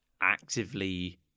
actively